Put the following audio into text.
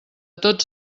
tots